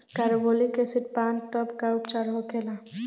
Carbolic acid पान तब का उपचार होखेला?